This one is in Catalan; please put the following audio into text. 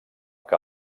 que